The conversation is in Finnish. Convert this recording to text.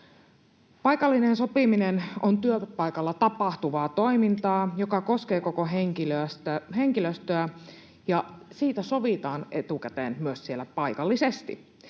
paikallinen sopiminen on työpaikalla tapahtuvaa toimintaa, joka koskee koko henkilöstöä, ja siitä sovitaan etukäteen myös siellä paikallisesti.